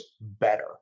better